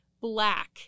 black